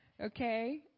okay